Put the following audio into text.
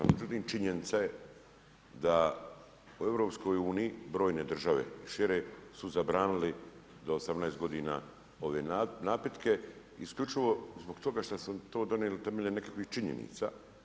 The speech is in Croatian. Međutim, činjenica je da u EU brojne države i šire su zabranili do 18 godina ove napitke, isključivo zbog toga što su to donijeli temeljem nekakvih činjenica.